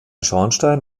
schornstein